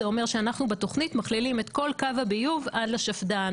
זה אומר שאנחנו בתוכנית מכללים את כל קו הביוב עד לשפד"ן